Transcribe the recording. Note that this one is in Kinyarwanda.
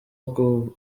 uko